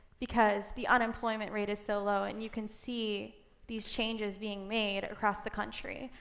because the unemployment rate is so low, and you can see these changes being made across the country.